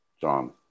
John